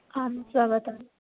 आं स्वागतम्